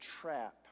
trap